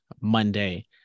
Monday